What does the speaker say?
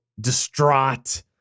Distraught